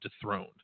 dethroned